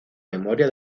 memoria